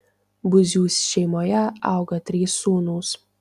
buzių šeimoje augo trys sūnūs